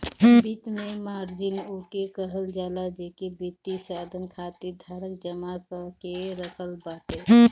वित्त में मार्जिन ओके कहल जाला जेके वित्तीय साधन खातिर धारक जमा कअ के रखत बाटे